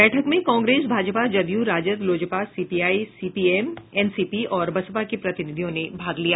बैठक में कांग्रेस भाजपा जदयू राजद लोजपा सीपीआई सीपीएम एनसीपी और बसपा के प्रतिनिधियों ने भाग लिया